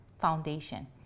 foundation